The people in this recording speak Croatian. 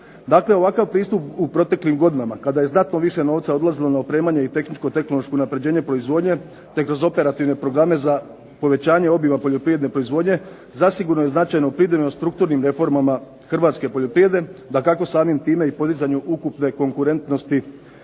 ovakav pristup posljednjih godina kada je znatno više novca odlazilo u opremanje i tehnički tehnološko unapređenje proizvodnje, te kroz operativne programe za povećanje obima poljoprivredne proizvodnje, zasigurno je značajno pridonijelo strukturnim reformama Hrvatske poljoprivrede, dakako samim time i podizanju ukupne konkurentnosti